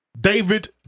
David